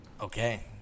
Okay